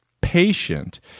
patient